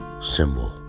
symbol